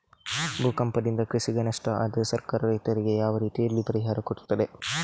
ಭೂಕಂಪದಿಂದ ಕೃಷಿಗೆ ನಷ್ಟ ಆದ್ರೆ ಸರ್ಕಾರ ರೈತರಿಗೆ ಯಾವ ರೀತಿಯಲ್ಲಿ ಪರಿಹಾರ ಕೊಡ್ತದೆ?